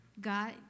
God